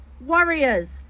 Warriors